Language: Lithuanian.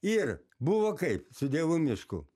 ir buvo kaip su dievų mišku